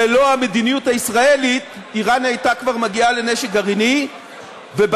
וללא המדיניות הישראלית איראן כבר הייתה מגיעה לנשק גרעיני ובשנתיים